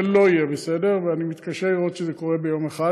זה לא יהיה בסדר ואני מתקשה לראות שזה קורה ביום אחד.